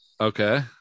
Okay